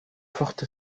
forte